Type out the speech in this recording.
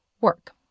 work